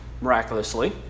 miraculously